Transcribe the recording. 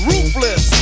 Ruthless